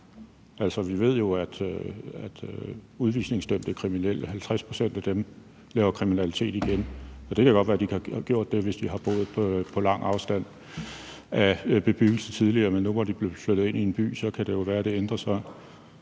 at 50 pct. af udvisningsdømte kriminelle laver kriminalitet igen. Det kan godt være, at de ikke har gjort det, hvis de har boet på lang afstand af bebyggelse tidligere, men nu, hvor de bliver flyttet ind i en by, kan det jo være, at det ændrer sig.